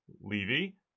Levy